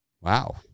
Wow